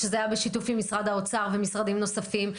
שזה היה בשיתוף עם משרד האוצר ומשרדים נוספים,